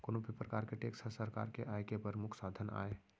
कोनो भी परकार के टेक्स ह सरकार के आय के परमुख साधन आय